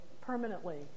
permanently